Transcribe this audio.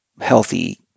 healthy